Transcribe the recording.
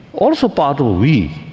also part of we.